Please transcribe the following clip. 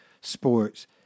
sports